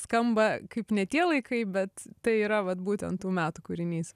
skamba kaip ne tie laikai bet tai yra vat būtent tų metų kūrinys